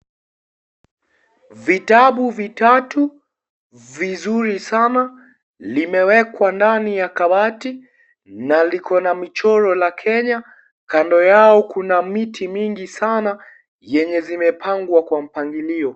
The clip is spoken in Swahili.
Vitabu vitatu, vizuri sana, limewekwa ndani ya kabati na liko na michoro ya Kenya. Kando yao kuna miti mingi sana, yenye zimepangwa kwa mpangilio